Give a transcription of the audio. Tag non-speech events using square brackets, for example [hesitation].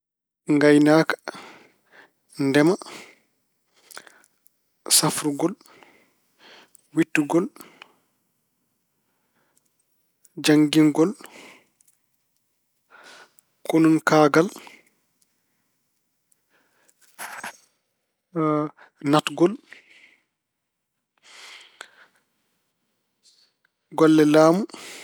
Ngaynaaka, ndema, safrugol, wiɗtugol, janngingol, konuŋkaagal, [hesitation] natgol, [hesitation] golle laamu.